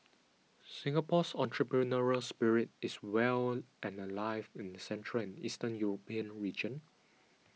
Singapore's entrepreneurial spirit is well and alive in the central and Eastern European region